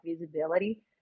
visibility